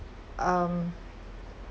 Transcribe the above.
um